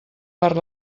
per